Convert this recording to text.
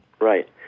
Right